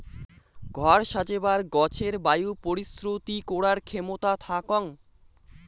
ঘর সাজেবার গছের বায়ু পরিশ্রুতি করার ক্ষেমতা থাকং